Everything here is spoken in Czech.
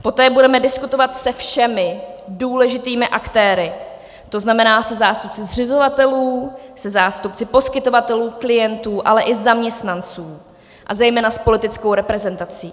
Poté budeme diskutovat se všemi důležitými aktéry, to znamená se zástupci zřizovatelů, se zástupci poskytovatelů, klientů, ale i zaměstnanců a zejména s politickou reprezentací.